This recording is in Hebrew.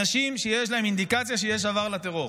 אנשים שיש אינדיקציה שיש להם עבר בטרור,